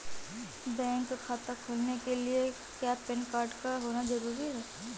Bank खाता खोलने के लिए क्या पैन कार्ड का होना ज़रूरी है?